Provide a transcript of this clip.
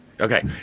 Okay